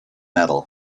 metal